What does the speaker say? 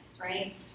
right